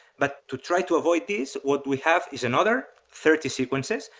but to try to avoid these what we have is another thirty sequences.